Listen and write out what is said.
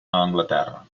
anglaterra